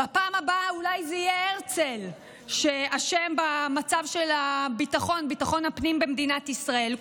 בפעם הבאה אולי זה יהיה הרצל שאשם במצב של ביטחון הפנים במדינת ישראל.